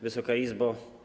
Wysoka Izbo!